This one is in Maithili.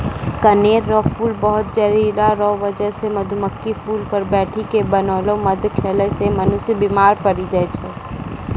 कनेर रो फूल बहुत जहरीला रो बजह से मधुमक्खी फूल पर बैठी के बनैलो मध खेला से मनुष्य बिमार पड़ी जाय छै